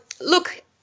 look